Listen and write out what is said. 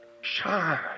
shine